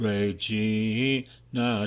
Regina